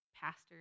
pastor